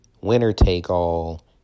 winner-take-all